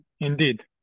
indeed